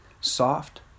soft